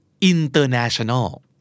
International